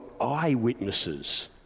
eyewitnesses